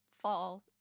fall